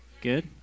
Good